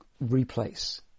replace